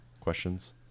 questions